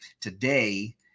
today